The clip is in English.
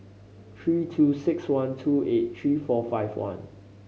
three two six one two eight three four five one